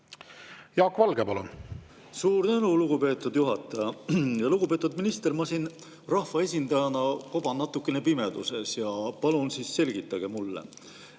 Jaak Valge, palun! Suur tänu, lugupeetud juhataja! Lugupeetud minister! Ma siin rahvaesindajana koban natukene pimeduses, palun selgitage mulle.